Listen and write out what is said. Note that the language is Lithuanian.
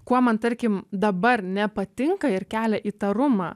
kuo man tarkim dabar nepatinka ir kelia įtarumą